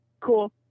Cool